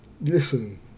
listen